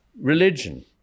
religion